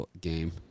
game